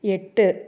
எட்டு